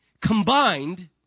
combined